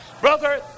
Brother